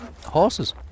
Horses